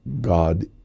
God